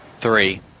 three